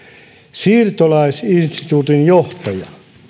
siirtolaisinstituutin johtaja